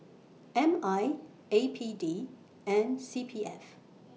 M I A P D and C P F